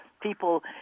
people